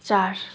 चार